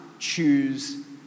Choose